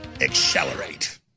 accelerate